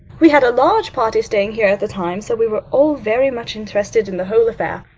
we had a large party staying here at the time, so we were all very much interested in the whole affair.